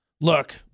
Look